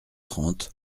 trente